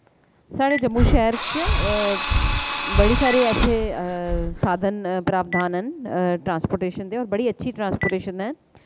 साढ़े जम्मू शैह्र च बड़े सारे ऐसे साधन प्रावधान न ट्रांसपोर्टेशन दे और बड़ी अच्छी ट्रांसपोर्टेशन ऐ